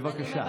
בבקשה.